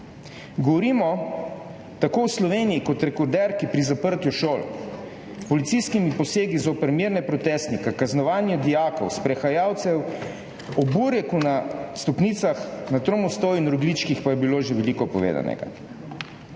Govorimo o Sloveniji kot rekorderki pri zaprtju šol, policijskih posegih zoper mirne protestnike, kaznovanju dijakov, sprehajalcev, o bureku na stopnicah na Tromostovju in rogljičkih pa je bilo že veliko povedanega.